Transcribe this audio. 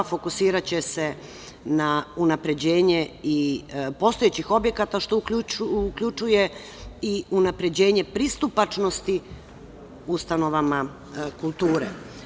Fokusiraće se na unapređenje i postojećih objekata, što uključuje i unapređenje pristupačnosti ustanovama kulture.